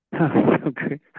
Okay